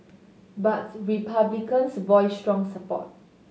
but Republicans voiced strong support